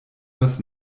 was